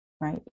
right